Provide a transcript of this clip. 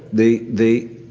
the. the.